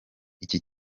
iki